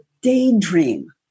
daydream